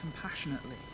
compassionately